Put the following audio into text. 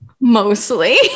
mostly